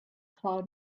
cloud